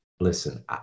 Listen